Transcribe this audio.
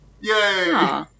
Yay